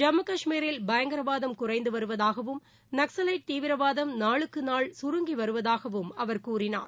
ஜம்மு கஷ்மீரில் பயங்கரவாதம் குறைந்துவருவதாகவும் நக்ஸலைட் தீவிரவாதம் நாளுக்குநாள் சுருங்கிவருவதாகவும் அவர் கூறினார்